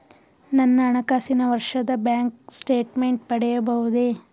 ನನ್ನ ಹಣಕಾಸಿನ ವರ್ಷದ ಬ್ಯಾಂಕ್ ಸ್ಟೇಟ್ಮೆಂಟ್ ಪಡೆಯಬಹುದೇ?